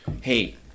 Hey